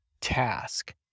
task